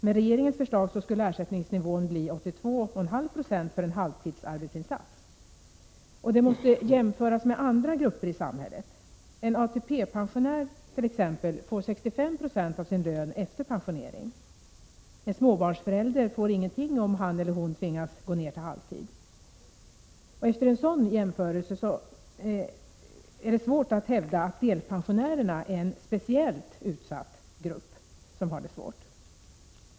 Med regeringens förslag skulle ersättningsnivån bli 82,5 Jo för en halvtidsarbetsinsats. Det måste jämföras med villkoren för andra grupper i samhället. En ATP-pensionär t.ex. får 65 90 av sin lön efter pensionering. En småbarnsförälder får ingenting om han eller hon tvingas gå ned till halvtid. Efter en sådan jämförelse är det svårt att hävda att delpensionärerna är en speciellt utsatt grupp.